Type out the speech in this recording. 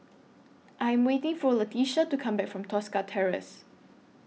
I Am waiting For Latesha to Come Back from Tosca Terrace